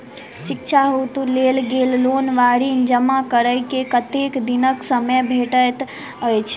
शिक्षा हेतु लेल गेल लोन वा ऋण जमा करै केँ कतेक दिनक समय भेटैत अछि?